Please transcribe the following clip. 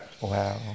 Wow